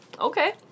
Okay